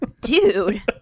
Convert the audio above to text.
Dude